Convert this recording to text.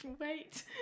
Wait